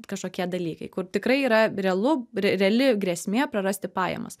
kažkokie dalykai kur tikrai yra realu reali grėsmė prarasti pajamas